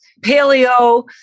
paleo